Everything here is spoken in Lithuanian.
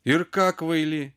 ir ką kvaily